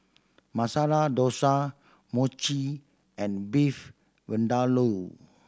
Masala Dosa Mochi and Beef Vindaloo